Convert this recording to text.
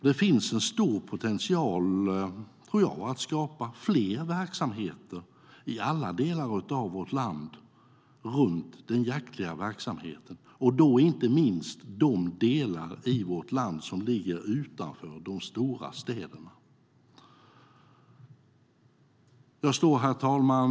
Det finns en stor potential att skapa fler verksamheter i alla delar av vårt land runt den jaktliga verksamheten, inte minst de områden av vårt land som ligger utanför de stora städerna. Herr talman!